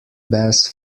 bass